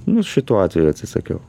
nu šituo atveju atsisakiau